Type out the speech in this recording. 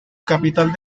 capital